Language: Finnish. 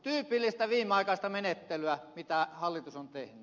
tyypillistä viimeaikaista menettelyä mitä hallitus on tehnyt